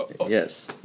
Yes